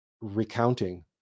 recounting